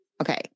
Okay